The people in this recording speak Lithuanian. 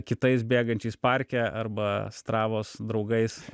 kitais bėgančiais parke arba astravos draugais